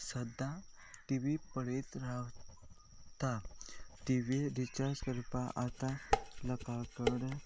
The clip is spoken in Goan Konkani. सदां टी वी पळयत रावता टी वी रिचार्ज करपाक आतां लोकां कडेन